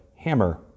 Hammer